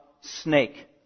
snake